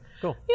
cool